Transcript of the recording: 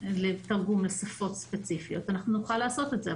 אנחנו נוכל לעשות את זה,